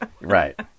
Right